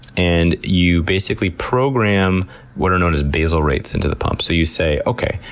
and you basically program what are known as basal rates into the pump. so you say, okay,